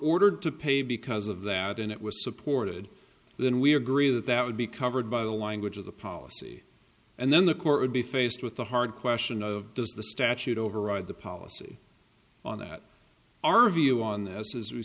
ordered to pay because of that and it was supported then we agree that that would be covered by the language of the policy and then the court would be faced with the hard question of does the statute override the policy on that our view on th